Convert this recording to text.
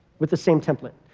with the same template.